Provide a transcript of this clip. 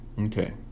Okay